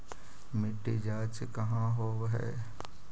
मिट्टी जाँच कहाँ होव है?